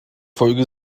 folge